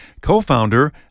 co-founder